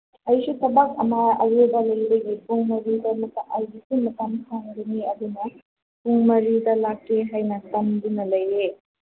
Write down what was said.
ꯑꯩꯁꯦ ꯊꯕꯛ ꯑꯃ ꯑꯩꯒꯤ ꯄꯨꯡ ꯃꯔꯤꯗ ꯑꯃꯨꯛꯀ ꯑꯩꯒꯤꯁꯨ ꯃꯇꯝ ꯐꯪꯒꯅꯤ ꯑꯗꯨꯅ ꯄꯨꯡ ꯃꯔꯤꯗ ꯂꯥꯛꯀꯦ ꯍꯥꯏꯅ ꯈꯟꯗꯨꯅ ꯂꯩꯌꯦ